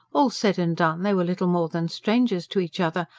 all said and done, they were little more than strangers to each other,